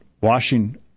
Washing